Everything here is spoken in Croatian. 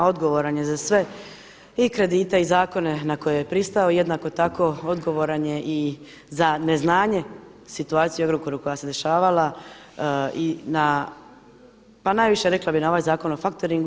Odgovoran je za sve i kredite i zakone na koje je pristao, jednako tako odgovoran je i za neznanje situacije u Agrokoru koja se dešavala i na, pa najviše rekla bih na ovaj Zakon o faktoringu.